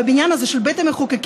בבניין הזה של בית המחוקקים,